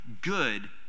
good